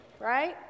right